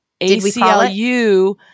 ACLU